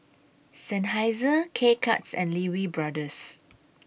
Seinheiser K Cuts and Lee Wee Brothers